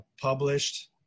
published